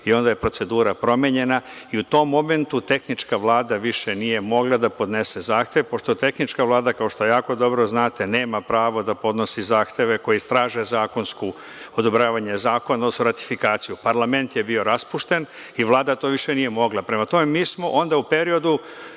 i onda je procedura promenjena i u tom momentu tehnička Vlada više nije mogla da podnese zahtev pošto tehnička Vlada, kao što jako dobro znate, nema pravo da podnosi zahteve koji istražuje zakonsku, odobravanje zakona, odnosno ratifikaciju. Parlament je bio raspušten i Vlada to više nije mogla. Prema tome, mi smo onda u periodu